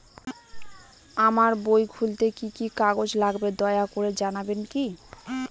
আমার বই খুলতে কি কি কাগজ লাগবে দয়া করে জানাবেন কি?